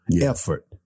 effort